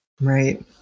right